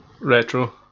Retro